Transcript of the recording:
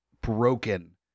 broken